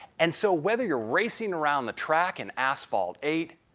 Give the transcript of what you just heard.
and so, whether you're racing around the track in asphalt eight,